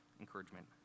encouragement